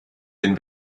den